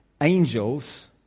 angels